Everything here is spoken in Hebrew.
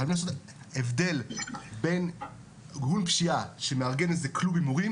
חייבים לעשות הבדל בין ארגון פשיעה שמארגן איזה קלוב הימורים